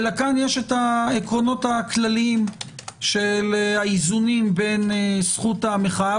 אלא כאן יש את העקרונות הכלליים של האיזונים בין זכות המחאה